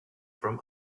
from